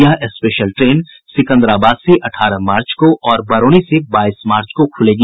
यह special train Secunderabad से अठारह मार्च को और बरौनी से बाईस मार्च को खुलेगी